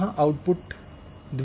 यहाँ आउटपुट द्विगुण के रूप में है